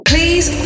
Please